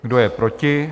Kdo je proti?